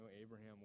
Abraham